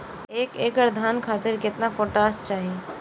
एक एकड़ धान खातिर केतना पोटाश चाही?